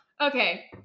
okay